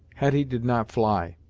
hetty did not fly.